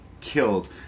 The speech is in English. killed